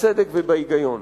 בצדק ובהיגיון.